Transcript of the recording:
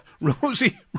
Rosie